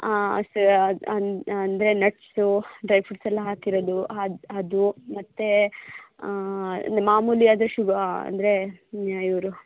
ಸ ಅನ್ ಅಂದರೆ ನಟ್ಸು ಡ್ರೈ ಫ್ರುಟ್ಸ್ ಎಲ್ಲ ಹಾಕಿರೋದೂ ಅದು ಅದು ಮತ್ತು ಮಾಮೂಲಿ ಅಂದರೆ ಶುಗ ಅಂದರೆ ಇವರು